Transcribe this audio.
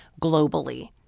globally